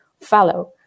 fallow